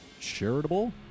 charitable